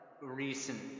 recent